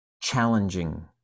challenging